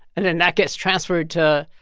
and then that gets transferred to,